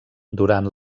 durant